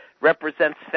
represents